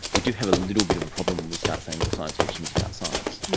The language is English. we do have a little bit of a problem when we start saying all science fiction is about science.